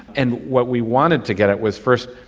and what we wanted to get at was, first,